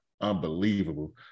unbelievable